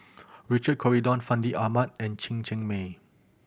Richard Corridon Fandi Ahmad and Chen Cheng Mei